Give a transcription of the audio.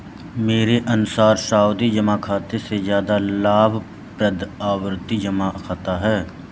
मेरे अनुसार सावधि जमा खाते से ज्यादा लाभप्रद आवर्ती जमा खाता है